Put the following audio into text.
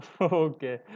Okay